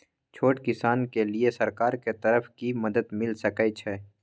छोट किसान के लिए सरकार के तरफ कि मदद मिल सके छै?